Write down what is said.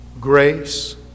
Grace